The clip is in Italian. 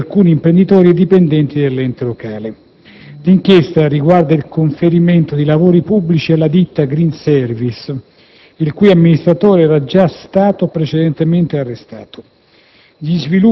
nonché di alcuni imprenditori e dipendenti dell'ente locale. L'inchiesta riguarda il conferimento di lavori pubblici alla ditta Green Service, il cui amministratore era già stato precedentemente arrestato.